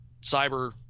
cyber